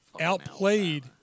outplayed